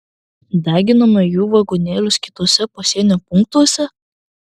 deginome jų vagonėlius kituose pasienio punktuose